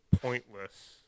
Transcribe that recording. pointless